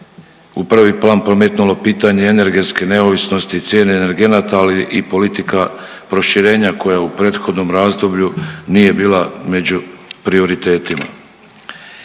u prvi plan prometnulo pitanje energetske neovisnosti i cijene energenata, ali i politika proširenja koja u prethodnom razdoblju nije bila među prioritetima.